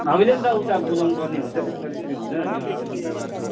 हामीले पनि त उता बुझाउनुपर्ने हुन्छ त्यसको लागि त्यसरी हुँदैन नि हौ